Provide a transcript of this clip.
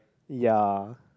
ya